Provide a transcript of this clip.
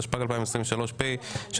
התשפ"ג 2023 (פ/3058/25),